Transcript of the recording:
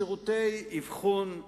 שירותי אבחון,